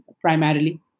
primarily